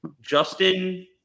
Justin